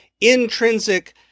intrinsic